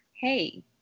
hey